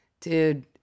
dude